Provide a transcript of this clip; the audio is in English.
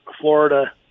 Florida